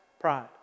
Pride